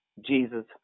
Jesus